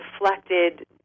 reflected